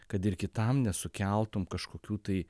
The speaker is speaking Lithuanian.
kad ir kitam nesukeltum kažkokių tai